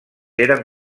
eren